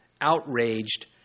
outraged